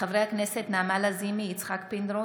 חברי הכנסת נעמה לזימי, יצחק פינדרוס,